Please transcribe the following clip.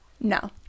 No